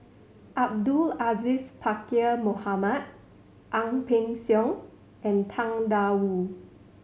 Abdul Aziz Pakkeer Mohamed Ang Peng Siong and Tang Da Wu